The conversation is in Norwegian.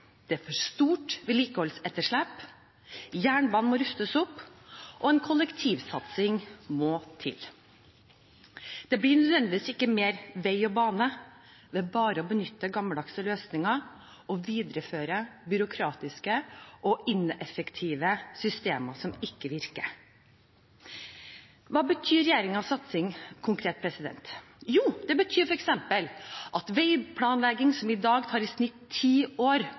det er for stort vedlikeholdsetterslep, jernbanen må rustes opp, og en kollektivsatsing må til. Det blir ikke nødvendigvis mer vei og bane av bare å benytte gammeldagse løsninger og videreføre byråkratiske og ineffektive systemer som ikke virker. Hva betyr regjeringens satsing konkret? Jo, det betyr f.eks. at veiplanlegging, som i dag tar i snitt ti år